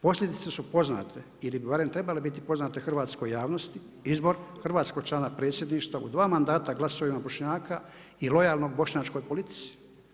Posljedice su poznate ili bi barem trebale biti poznate hrvatskoj javnosti, izbor hrvatskog člana predsjedništva u dva mandata glasuju Bošnjaka i lojalnog bošnjačkoj politici.